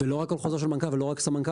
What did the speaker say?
ולא רק על חור של מנכ"ל ולא רק סמנכ"ל,